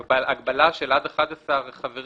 ההגבלה של עד 11 חברים,